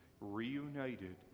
reunited